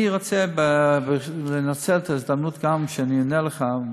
אני רוצה לנצל את ההזדמנות גם כשאני עונה לך,